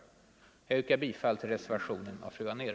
Jag yrkar bifall till reservationen av fru Anér.